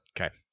Okay